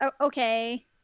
okay